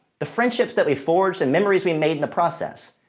the friendships that we forged and memories we made in the process,